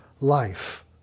life